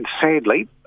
sadly